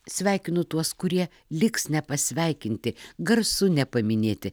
sveikinu tuos kurie liks nepasveikinti garsu nepaminėti